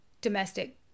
domestic